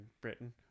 Britain